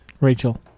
rachel